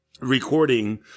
recording